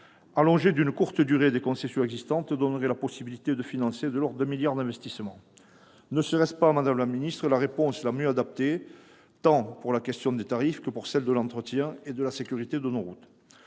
Allonger d'une courte durée des concessions existantes donnerait la possibilité de financer de l'ordre de 1 milliard d'euros d'investissements. Ne serait-ce pas, madame la ministre, la réponse la plus adaptée, tant pour la question des tarifs que pour celle de l'entretien et de la sécurité de nos autoroutes ?